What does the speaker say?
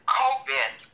covid